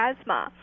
asthma